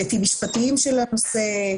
היבטים משפטיים של הנושא,